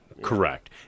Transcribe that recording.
Correct